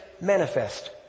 manifest